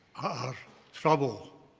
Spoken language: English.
are trouble.